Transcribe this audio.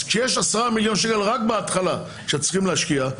כשיש 10 מיליון שקל שצריכים להשקיע רק בהתחלה,